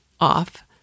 off